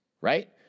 right